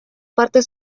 partes